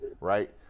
right